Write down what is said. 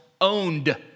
owned